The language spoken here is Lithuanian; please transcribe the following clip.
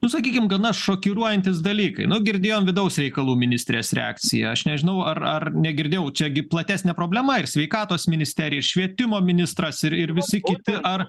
nu sakykim gana šokiruojantys dalykai nu girdėjom vidaus reikalų ministrės reakciją aš nežinau ar ar negirdėjau čia gi platesnė problema ir sveikatos ministerija ir švietimo ministras ir ir visi kiti ar